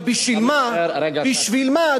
אבל בשביל מה,